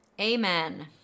Amen